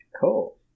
Cool